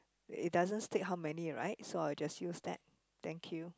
it doesn't state how many right so I will just use that thank you